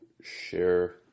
share